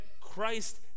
Christ